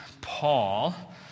Paul